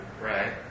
Right